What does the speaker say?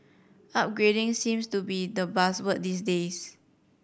upgrading seems to be the buzzword these days